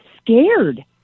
scared